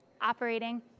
operating